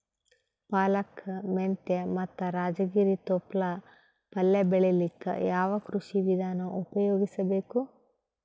ಪಾಲಕ, ಮೆಂತ್ಯ ಮತ್ತ ರಾಜಗಿರಿ ತೊಪ್ಲ ಪಲ್ಯ ಬೆಳಿಲಿಕ ಯಾವ ಕೃಷಿ ವಿಧಾನ ಉಪಯೋಗಿಸಿ ಬೇಕು?